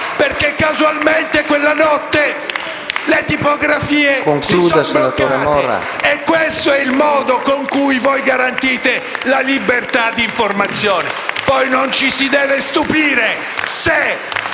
perché casualmente quella notte le tipografie si sono bloccate. E questo è il modo con cui voi garantite la libertà di informazione! *(Applausi dal Gruppo M5S)*.